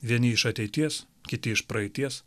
vieni iš ateities kiti iš praeities